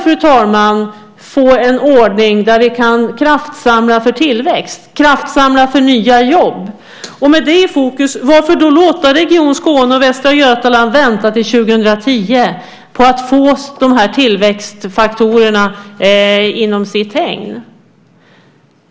Vi behöver få en ordning där vi kan kraftsamla för tillväxt och nya jobb. Om vi har det i fokus, varför då låta Region Skåne och Västra Götaland vänta till 2010 på att få de här tillväxtfaktorerna inom sitt hägn?